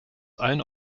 allen